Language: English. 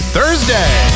Thursday